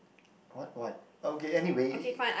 what why okay anyway